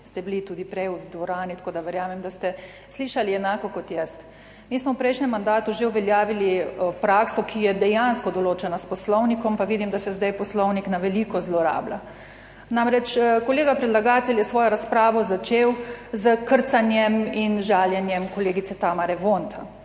ste bili tudi prej v dvorani, tako da verjamem, da ste slišali enako kot jaz. Mi smo v prejšnjem mandatu že uveljavili prakso, ki je dejansko določena s poslovnikom, pa vidim, da se zdaj Poslovnik na veliko zlorablja. Namreč, kolega predlagatelj je svojo razpravo začel s krcanjem in žaljenjem kolegice Tamare Vonta.